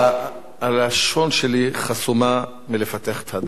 הלשון שלי חסומה מלפתח את הדיון הזה.